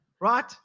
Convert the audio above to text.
Right